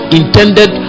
intended